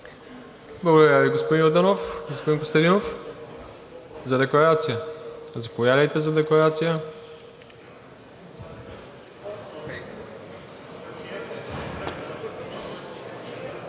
Благодаря Ви, господин Йорданов. Господин Костадинов – за декларация? Заповядайте за декларация.